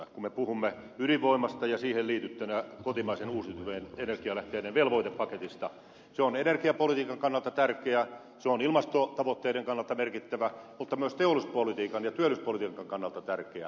kun me puhumme ydinvoimasta ja siihen liitettynä kotimaisten uusiutuvien energialähteiden velvoitepaketista se on energiapolitiikan kannalta tärkeä se on ilmastotavoitteiden kannalta merkittävä mutta myös teollisuuspolitiikan ja työllisyyspolitiikan kannalta tärkeä